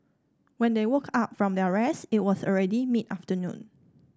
when they woke up from their rest it was already mid afternoon